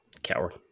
Coward